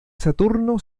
saturno